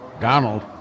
Donald